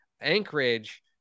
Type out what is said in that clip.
Anchorage